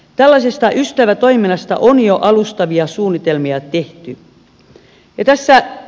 tällaisesta ystävätoiminnasta on jo alustavia suunnitelmia tehty